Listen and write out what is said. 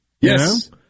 Yes